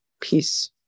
Peace